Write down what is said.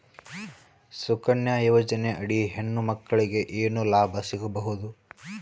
ಸುಕನ್ಯಾ ಯೋಜನೆ ಅಡಿ ಹೆಣ್ಣು ಮಕ್ಕಳಿಗೆ ಏನ ಲಾಭ ಸಿಗಬಹುದು?